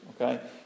okay